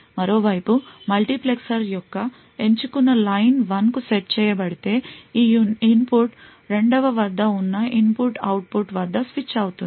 మరోవైపు మల్టీప్లెక్సర్ యొక్క ఎంచుకున్న లైన్ 1 కు సెట్ చేయబడితే ఈ ఇన్పుట్ 2వవద్ద ఉన్న ఇన్పుట్ అవుట్పుట్ వద్ద స్విచ్ అవుతుంది